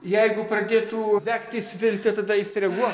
jeigu pradėtų degti svilti tada jis reaguos